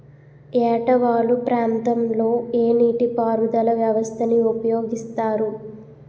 ఏట వాలు ప్రాంతం లొ ఏ నీటిపారుదల వ్యవస్థ ని ఉపయోగిస్తారు?